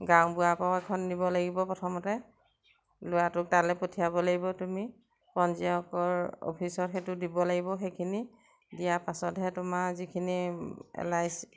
গাঁওবুঢ়াৰ পৰাও এখন দিব লাগিব প্ৰথমতে ল'ৰাটোক তালৈ পঠিয়াব লাগিব তুমি পঞ্জীয়কৰ অফিচত সেইটো দিব লাগিব সেইখিনি দিয়াৰ পাছতহে তোমাৰ যিখিনি এল আই চি